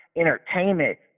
entertainment